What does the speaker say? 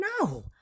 No